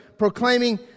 proclaiming